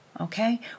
okay